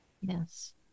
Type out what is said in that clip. yes